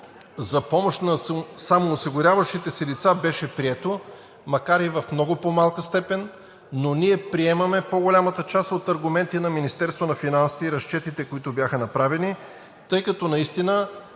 за помощ на самоосигуряващите се лица беше прието, макар и в много по-малка степен, но ние приемаме по-голямата част от аргументи на Министерството на финансите и разчетите, които бяха направени, тъй като наистина